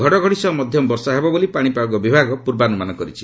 ଘଡ଼ଘଡ଼ି ସହ ମଧ୍ୟମ ବର୍ଷା ହେବ ବୋଲି ପାଣିପାଗ ବିଭାଗ ପୂର୍ବାନୁମାନ କରିଛି